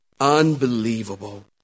Unbelievable